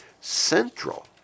central